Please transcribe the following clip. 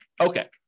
Okay